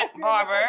barber